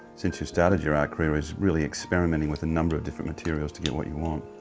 since you've starting your art career is really experimenting with a number of different materials to get what you want.